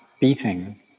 beating